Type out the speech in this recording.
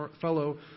fellow